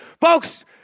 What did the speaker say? Folks